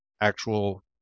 actual